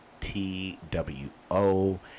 T-W-O